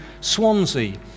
Swansea